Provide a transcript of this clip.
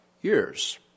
years